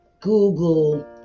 Google